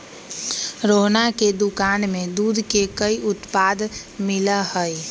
रोहना के दुकान में दूध के कई उत्पाद मिला हई